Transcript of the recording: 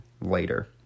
later